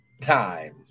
time